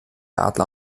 adler